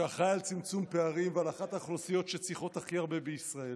שאחראי לצמצום פערים ולאחת האוכלוסיות שצריכות הכי הרבה בישראל.